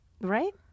right